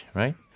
right